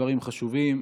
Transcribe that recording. דברים חשובים.